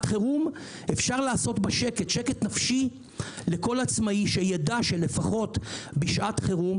חירום שקט נפשי לכל עצמאי שיידע שלפחות בשעת חירום,